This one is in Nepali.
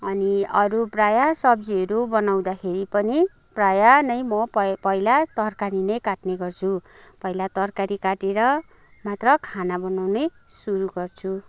अनि अरू प्राय सब्जीहरू बनाउँदाखेरि पनि प्राय नै म पहिला तरकारी नै काट्ने गर्छु पहिला तरकारी काटेर मात्र खाना बनाउने सुरु गर्छु